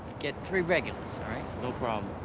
get three regulars, all right? no problem.